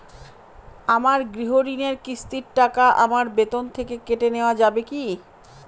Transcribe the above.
আমার গৃহঋণের কিস্তির টাকা আমার বেতন থেকে কেটে নেওয়া যাবে কি?